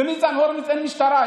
לניצן הורוביץ אין משטרה,